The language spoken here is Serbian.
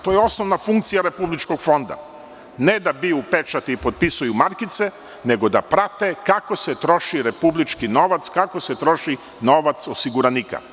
To je osnovna funkcija Republičkog fonda, a ne da udaraju pečate i potpisuju markice, nego da prate kako se troši republički novac, kako se troši novac osiguranika.